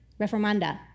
reformanda